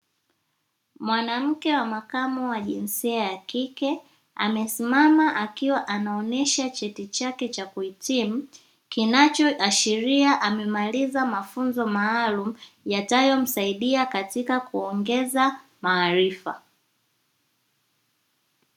Mwanamke wa makamu wa jinsia ya kike amesimama akiwa anaonesha cheti chake cha kuhitimu, kinachoashiria amemaliza mafunzo maalumu yatayo msaidia katika kuongeza maarifa.